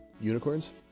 unicorns